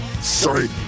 Sorry